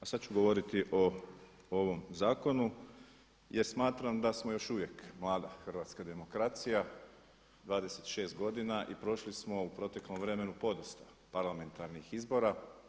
A sada ću govoriti o ovom zakonu jer smatram da smo još uvijek mlada hrvatska demokracija 26 godina i prošli smo u proteklom vremenu podosta parlamentarnih izbora.